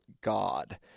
God